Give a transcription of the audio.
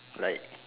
like